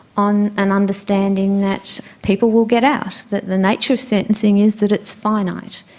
on an understanding that people will get out, that the nature of sentencing is that it's finite.